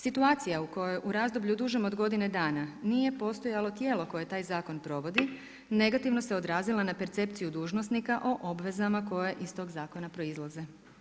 Situacija koja je u razdoblju dužem od godine dana nije postojalo tijelo koje taj zakon provodi negativno se odrazila na percepciju dužnosnika o obvezama koje iz tog zakona proizlaze.